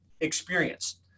experience